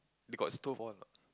you got stove on or not